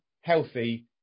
healthy